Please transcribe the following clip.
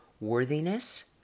worthiness